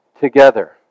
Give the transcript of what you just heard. together